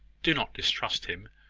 do not distrust him.